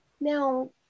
Now